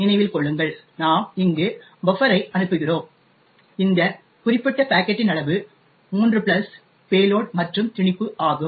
நினைவில் கொள்ளுங்கள் நாம் இங்கு பஃப்பர்ஐ அனுப்புகிறோம் இந்த குறிப்பிட்ட பாக்கெட்டின் அளவு 3 பிளஸ் பேலோட் மற்றும் திணிப்பு ஆகும்